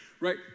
right